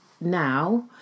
now